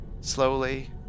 slowly